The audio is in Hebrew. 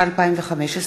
5), התשע"ה 2015,